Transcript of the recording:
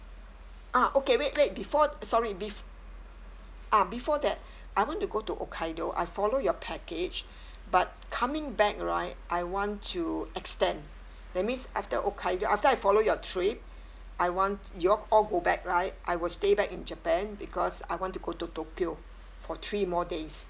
uh okay wait wait before sorry bef~ uh before that I want to go to hokkaido I follow your package but coming back right I want to extend that means after hokkaido after I follow your trip I want you all go back right I will stay back in japan because I want to go to tokyo for three more days